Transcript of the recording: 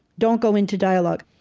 don't go into dialogue